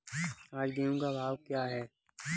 आज गेहूँ का भाव क्या है?